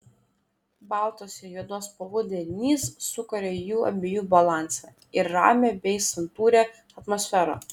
baltos ir juodos spalvų derinys sukuria jų abiejų balansą ir ramią bei santūrią atmosferą